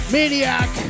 Maniac